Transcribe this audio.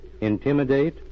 intimidate